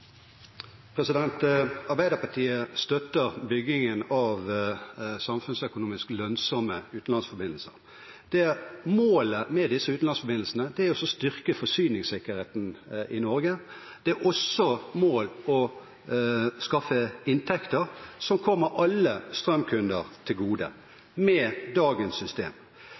replikkordskifte. Arbeiderpartiet støtter byggingen av samfunnsøkonomisk lønnsomme utenlandsforbindelser. Målet med disse utenlandsforbindelsene er å styrke forsyningssikkerheten i Norge, og det er også et mål å skaffe inntekter som kommer alle strømkunder til gode med dagens system.